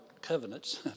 covenants